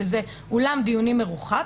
שזה אולם דיונים מרוחק,